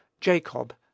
Jacob